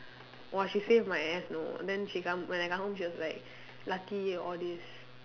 !wah! she save my ass you know then she come when I come home she was like lucky all these